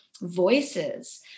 voices